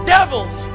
Devils